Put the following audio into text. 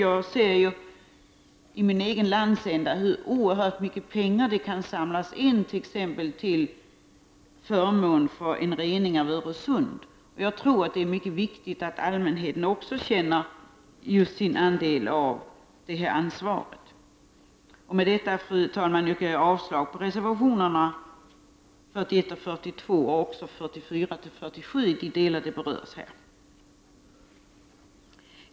Jag ser i min egen landsända hur oerhört mycket pengar det kan samlas in t.ex. till förmån för rening av Öresund. Jag tror att det är mycket viktigt att allmänheten också känner sin andel av ansvaret. Med detta, fru talman, yrkar jag avslag på reservationerna 41 och 42 och också 44-47 i de delar de berörs här.